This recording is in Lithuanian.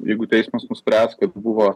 jeigu teismas nuspręs kaip buvo